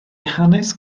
hanes